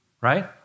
right